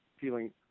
feeling